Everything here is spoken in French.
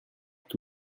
tous